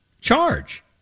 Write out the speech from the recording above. charge